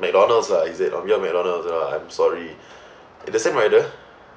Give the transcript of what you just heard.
McDonald's lah is it on behalf of McDonald's lah I'm sorry it's the same rider